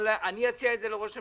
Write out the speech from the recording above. אבל אני אציע את זה לראש הממשלה.